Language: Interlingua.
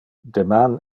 deman